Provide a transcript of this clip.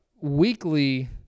weekly